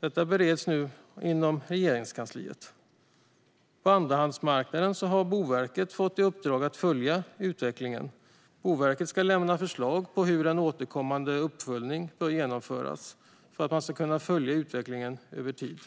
Detta bereds nu inom Regeringskansliet. Boverket har fått i uppdrag att följa utvecklingen på andrahandsmarknaden. Boverket ska lämna förslag på hur en återkommande uppföljning ska genomföras för att man ska kunna följa utvecklingen över tid.